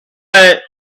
and